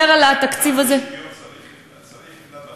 גם לשוויון צריך בחיים שלנו,